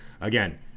Again